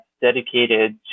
dedicated